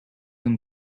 een